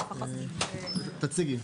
תציגי.